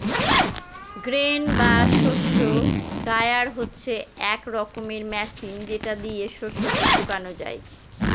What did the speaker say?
grain বা শস্য dryer হচ্ছে এক রকমের মেশিন যেটা দিয়ে শস্যকে শুকানো যায়